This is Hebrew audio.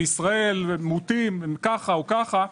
בישראל הם מוטים, ככה וככה.